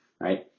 right